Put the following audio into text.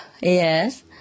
yes